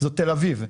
זאת תל-אביב.